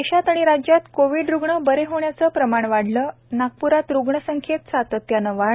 देशात आणि राज्यात कोविड रुग्ण बरे होण्याचे प्रमाण वाढले नागप्रात रुग्ण संख्येत सातत्याने वाढ